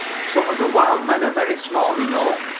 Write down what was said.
some of the wild men are very small, you know.